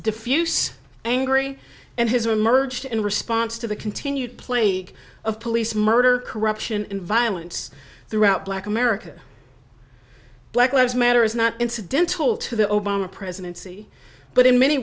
diffuse angry and his are merged in response to the continued plague of police murder corruption and violence throughout black america black lives matter is not incidental to the obama presidency but in many